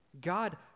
God